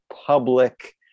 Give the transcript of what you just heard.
public